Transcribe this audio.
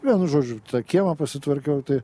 vienu žodžiu tą kiemą pasitvarkiau tai